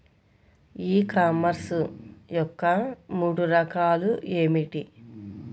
ఈ కామర్స్ యొక్క మూడు రకాలు ఏమిటి?